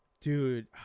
Dude